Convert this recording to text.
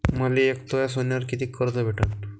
मले एक तोळा सोन्यावर कितीक कर्ज भेटन?